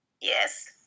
yes